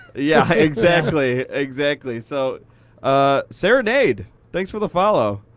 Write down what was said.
yeah, exactly. exactly. so ah serinade, thanks for the follow.